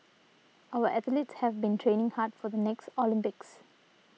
our athletes have been training hard for the next Olympics